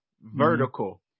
vertical